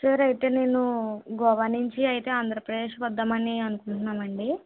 sir అయితే నేనూ గోవా నుంచి అయితే ఆంద్రప్రదేశ్ వద్దామని అనుకుంటున్నాము అండి